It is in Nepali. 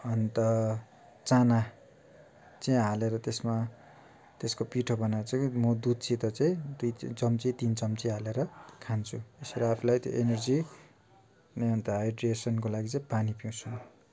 अन्त चना चाहिँ हालेर त्यसमा त्यसको पिठो बनाउँछु कि म दुधसित चाहिँ दुई चम्ची तिन चम्ची हालेर खान्छु यसरी अरूलाई त्यो इनर्जी अनि अन्त डिहाइड्रेसनको लागि चाहिँ पानी पिउँछु